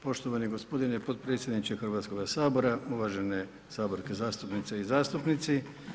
Poštovani gospodine potpredsjedniče Hrvatskoga sabora, uvažene saborske zastupnice i zastupnici.